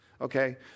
Okay